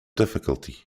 difficulty